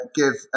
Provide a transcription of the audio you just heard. give